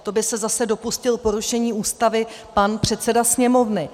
To by se zase dopustil porušení Ústavy pan předseda Sněmovny.